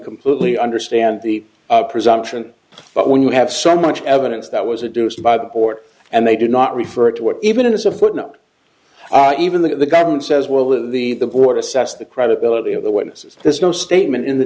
completely understand the presumption but when you have so much evidence that was a do so by the court and they did not refer to it even as a footnote even though the government says well the the the board assess the credibility of the witnesses there's no statement in the